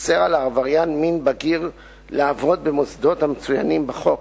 האוסר על עבריין מין בגיר לעבוד במוסדות המצוינים בחוק,